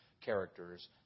characters